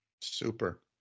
Super